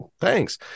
thanks